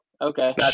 okay